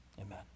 Amen